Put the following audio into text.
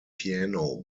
piano